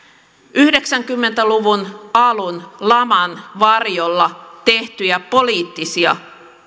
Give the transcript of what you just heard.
yhdeksänkymmentä luvun alun laman varjolla tehtyjä poliittisia